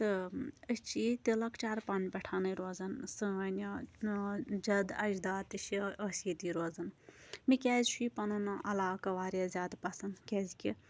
تہٕ أسۍ چھِ ییٚتہِ تہِ لۄکچارٕ پَانہِ پٮ۪ٹھَانَے روزان سٲنۍ جدٕ اَجداد تہِ چھِ أسۍ ییٚتی روزان مےٚ کیٛازِ چھُ یہِ پَنُن علاقہٕ واریاہ زیادٕ پَسنٛد کیٛازِکہِ